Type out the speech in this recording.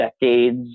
decades